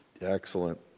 excellent